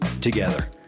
together